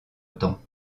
temps